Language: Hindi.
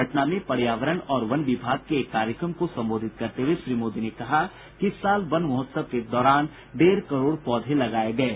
पटना में पर्यावरण और वन विभाग के एक कार्यक्रम को संबोधित करते हुए श्री मोदी ने कहा कि इस साल वन महोत्सव के दौरान डेढ़ करोड़ पौधे लगाये गये